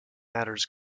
matters